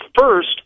first